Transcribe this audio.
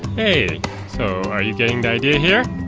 hey so are you getting the idea here.